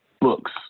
books